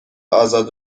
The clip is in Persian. آزاد